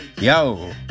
yo